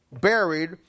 buried